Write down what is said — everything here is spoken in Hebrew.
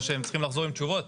או שהם צריכים לחזור עם תשובות.